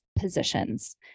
positions